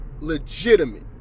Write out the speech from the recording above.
Legitimate